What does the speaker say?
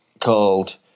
called